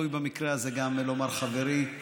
וראוי במקרה הזה גם לומר חברי,